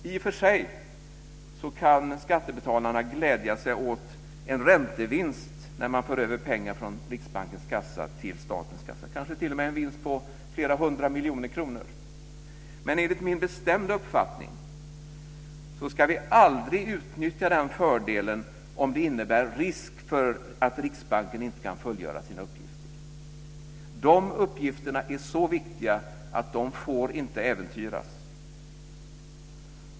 I och för sig kan skattebetalarna glädja sig åt en räntevinst när man för över pengar från Riksbankens kassa till statens kassa, kanske en vinst på flera hundra miljoner kronor. Men enligt min bestämda uppfattning ska vi aldrig utnyttja den fördelen om det innebär en risk för att Riksbanken inte kan fullgöra sina uppgifter. De uppgifterna är så viktiga att de inte får äventyras.